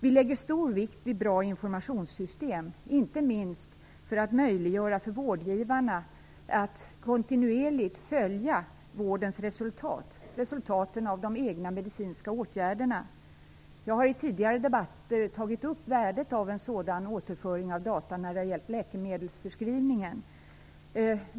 Vi lägger stor vikt vid bra informationssystem - inte minst för att vi vill möjliggöra för vårdgivarna att kontinuerligt följa vårdens resultat, resultaten av de egna medicinska åtgärderna. Jag har i tidigare debatter tagit upp värdet av en sådan återföring av data när det har gällt läkemedelsförskrivningen.